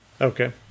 Okay